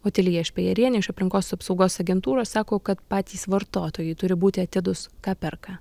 otilija špejerienė iš aplinkos apsaugos agentūros sako kad patys vartotojai turi būti atidūs ką perka